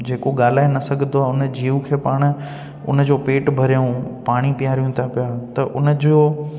जेको ॻाल्हाए न सघंदो आहे हुन जीउ खे पाणि हुनजो पेट भरियूं पाणी पीआरियूं था पिया त हुनजो